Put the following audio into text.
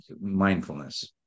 mindfulness